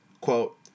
Quote